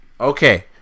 Okay